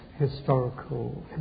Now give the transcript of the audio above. historical